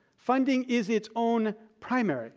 funding is its own primary